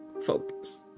Focus